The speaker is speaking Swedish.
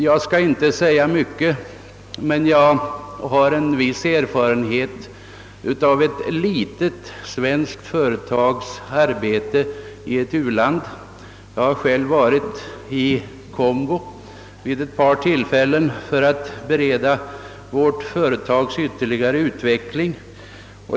Jag skall inte säga mycket, men jag har en viss erfarenhet av ett litet svenskt företags arbete i ett u-land; jag har själv varit i Kongo vid ett par tillfällen för att förbereda vår firmas ytterligare utveckling.